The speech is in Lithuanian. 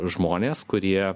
žmonės kurie